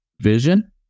vision